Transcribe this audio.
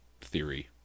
theory